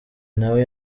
nawe